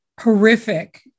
horrific